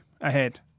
ahead